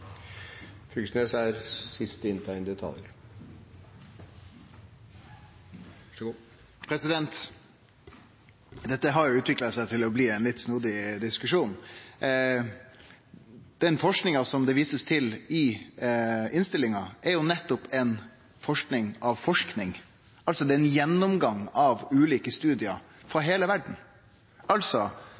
Dette har utvikla seg til å bli ein litt snodig diskusjon. Den forskinga som det blir vist til i innstillinga, er jo ei forsking av forsking – det er ein gjennomgang av ulike studium frå heile